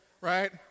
right